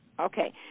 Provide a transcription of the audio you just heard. Okay